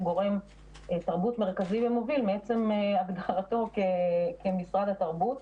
גורם תרבות מרכזי ומוביל מעצם הגדרתו כמשרד התרבות.